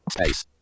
Space